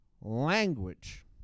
Language